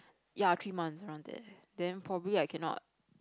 ya three months around there then probably I cannot